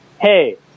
hey